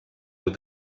with